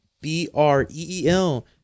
B-R-E-E-L